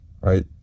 right